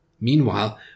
Meanwhile